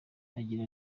agira